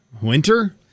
winter